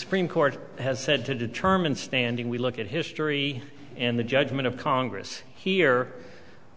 supreme court has said to determine standing we look at history and the judgment of congress here